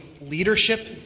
leadership